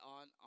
on